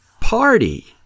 party